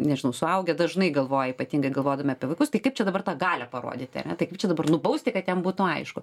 nežinau suaugę dažnai galvoja ypatingai galvodami apie vaikus tai kaip čia dabar tą galią parodyti tai kaip čia dabar nubausti kad jam būtų aišku